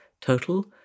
total